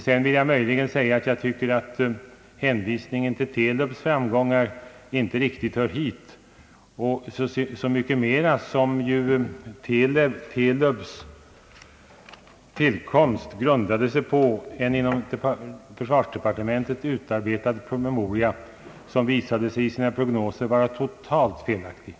Sedan vill jag säga att hänvisningen till TELUB:s framgångar inte riktigt hör hit, så mycket mera som TELUB:s tillkomst grundade sig på en inom försvarsdepartementet utarbetad promemoria, vars prognoser visat sig vara totalt felaktiga.